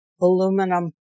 aluminum